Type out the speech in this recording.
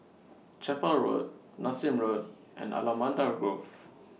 Chapel Road Nassim Road and Allamanda Grove